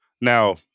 Now